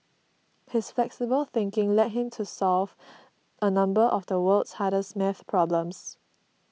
his flexible thinking led him to solve a number of the world's hardest math problems